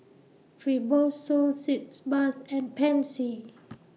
Fibrosol Sitz Bath and Pansy